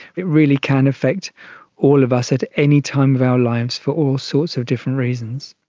it really can affect all of us at any time of our lives for all sorts of different reasons.